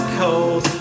cold